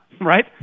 right